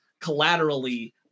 collaterally